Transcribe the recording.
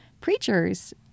preachers